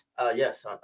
Yes